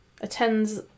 attends